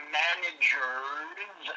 managers